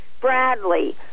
Bradley